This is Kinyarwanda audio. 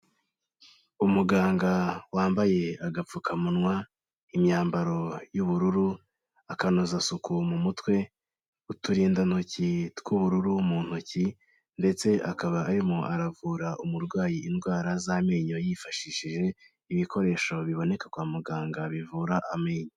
Umuganga wambaye agapfukamunwa, imyambaro y'ubururu, akanoza asuku mu mutwe, uturindantoki tw'ubururu mu ntoki, ndetse akaba arimo aravura umurwayi indwara z'amenyo yifashishije ibikoresho biboneka kwa muganga bivura amenyo.